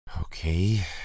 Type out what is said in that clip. Okay